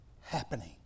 happening